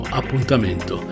appuntamento